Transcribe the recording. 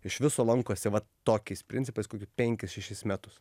iš viso lankosi va tokiais principais kokius penkis šešis metus